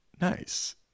nice